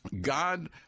God